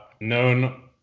known